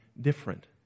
different